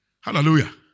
Hallelujah